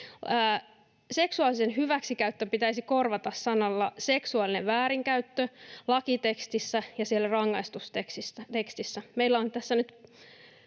Seksuaalinen hyväksikäyttö pitäisi korvata sanalla seksuaalinen väärinkäyttö lakitekstissä ja siellä rangaistustekstissä.